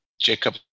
Jacob